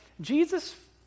Jesus